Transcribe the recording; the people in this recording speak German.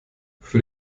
für